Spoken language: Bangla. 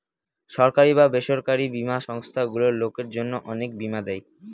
সরকারি বা বেসরকারি বীমা সংস্থারগুলো লোকের জন্য অনেক বীমা দেয়